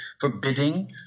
forbidding